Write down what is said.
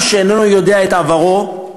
"עם שאינו יודע את עברו,